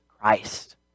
Christ